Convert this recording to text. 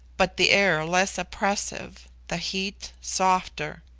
but the air less oppressive, the heat softer.